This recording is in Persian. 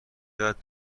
بعد